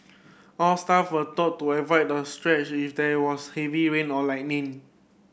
all staff were told to avoid the stretch if there was heavy rain or lightning